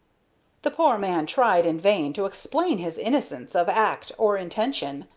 the poor man tried in vain to explain his innocence of act or intention,